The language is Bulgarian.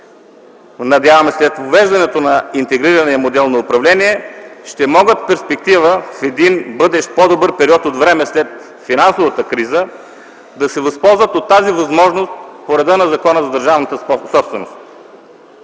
надявам се, след въвеждането на интегрирания модел на управление, ще могат в перспектива, в един бъдещ по-добър период от време след финансовата криза, да се възползват от тази възможност по реда на Закона за държавната собственост,